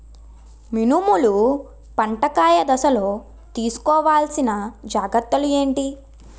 మినుములు పంట కాయ దశలో తిస్కోవాలసిన జాగ్రత్తలు ఏంటి?